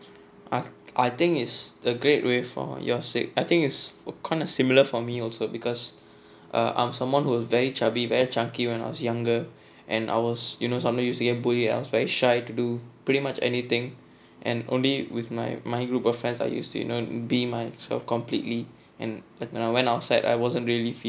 I think is a great way for your sake I think is a kind of similar for me also because I am someone who is very chubby very chunky when I was younger and I was you know someone who say bully I was very shy to do pretty much anything and only with my my group of friends are used you know be myself completely and and when I went outside I wasn't really feeling it